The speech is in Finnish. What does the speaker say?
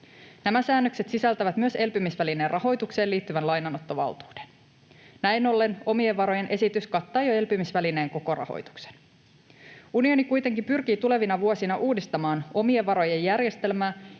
Nämä säännökset sisältävät myös elpymisvälineen rahoitukseen liittyvän lainanottovaltuuden. Näin ollen omien varojen esitys kattaa jo elpymisvälineen koko rahoituksen. Unioni kuitenkin pyrkii tulevina vuosina uudistamaan omien varojen järjestelmää